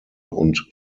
und